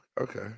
Okay